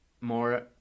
more